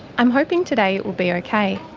i'm hoping today it will be okay.